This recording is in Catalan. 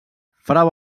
frau